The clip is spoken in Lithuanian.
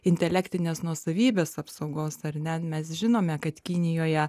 intelektinės nuosavybės apsaugos ar ne mes žinome kad kinijoje